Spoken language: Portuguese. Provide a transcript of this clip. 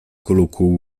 colocou